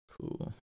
cool